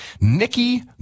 Nikki